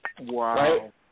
Wow